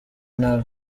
nabi